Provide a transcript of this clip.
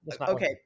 Okay